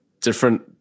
different